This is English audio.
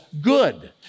good